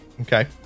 Okay